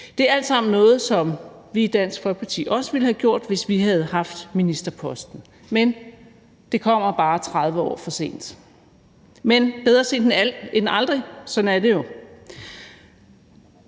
Det er alt sammen noget, som vi i Dansk Folkeparti også ville have gjort, hvis vi havde haft ministerposten. Det kommer bare 30 år for sent, men bedre sent end aldrig; sådan er det jo.